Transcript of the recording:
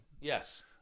yes